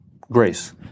grace